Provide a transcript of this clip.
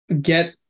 get